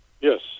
Yes